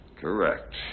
Correct